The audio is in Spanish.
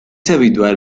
habitual